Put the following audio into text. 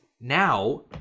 Now